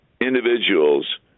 individuals